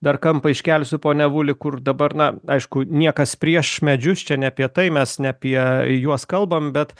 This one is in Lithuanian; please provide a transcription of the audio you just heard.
dar kampą iškelsiu pone avuli kur dabar na aišku niekas prieš medžius čia ne apie tai mes ne apie juos kalbam bet